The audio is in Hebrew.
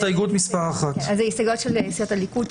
הסתייגות של סיעת הליכוד,